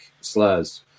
slurs